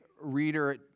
reader